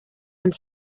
and